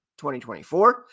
2024